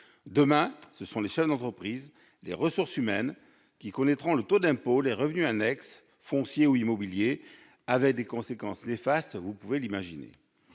Demain, ce sont les chefs d'entreprise, les ressources humaines qui connaîtront le taux d'impôts, les revenus annexes, fonciers ou immobiliers, avec des conséquences néfastes, vous pouvez l'imaginer.